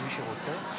חבריי חברי הכנסת,